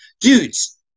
dudes